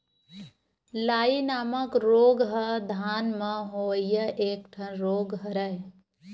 लाई नामक रोग ह धान म होवइया एक ठन रोग हरय